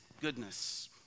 goodness